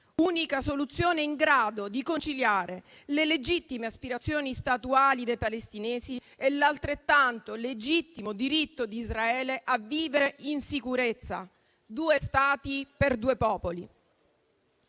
unica soluzione in grado di conciliare le legittime aspirazioni statuali dei palestinesi e l'altrettanto legittimo diritto di Israele a vivere in sicurezza, due Stati per due popoli.